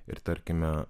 ir tarkime